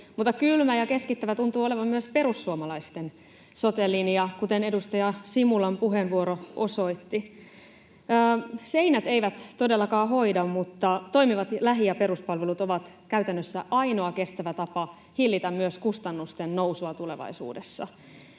Mutta kylmä ja keskittävä tuntuu olevan myös perussuomalaisten sote-linja, kuten edustaja Simulan puheenvuoro osoitti. Seinät eivät todellakaan hoida, mutta toimivat lähi- ja peruspalvelut ovat käytännössä ainoa kestävä tapa hillitä kustannusten nousua tulevaisuudessa.